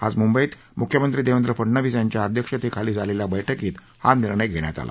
आज मुंबईत मुख्यमंत्री देवेंद्र फडणवीस यांच्या अध्यक्षतेखाली झालेल्या बैठकीत हा निर्णय घेण्यात आला